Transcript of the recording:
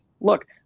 look